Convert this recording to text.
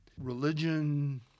religion